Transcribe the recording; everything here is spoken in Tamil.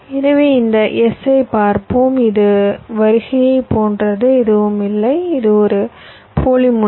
எனவே இந்த s ஐப் பார்ப்போம் இது வருகையைப் போன்றது எதுவுமில்லை இது ஒரு போலி முனை